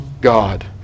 God